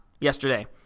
yesterday